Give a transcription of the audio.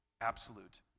absolute